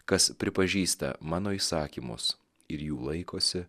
kas pripažįsta mano įsakymus ir jų laikosi